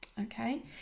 okay